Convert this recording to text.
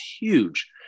huge